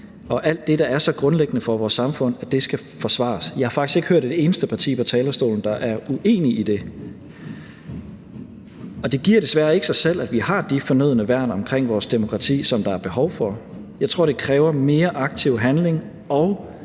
alt det, der er så grundlæggende for vores samfund, skal forsvares. Jeg har faktisk ikke hørt et eneste parti på talerstolen være uenige i det. Det giver desværre ikke sig selv, at vi har de fornødne værn omkring vores demokrati, som der er behov for. Jeg tror, det kræver mere aktiv handling og